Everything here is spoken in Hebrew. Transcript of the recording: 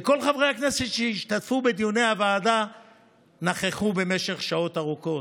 וכל חברי הכנסת שהשתתפו בדיוני הוועדה נכחו במשך שעות ארוכות.